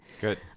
Good